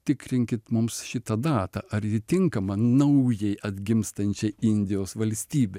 tikrinkit mums šitą datą ar ji tinkama naujai atgimstančiai indijos valstybė